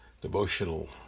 devotional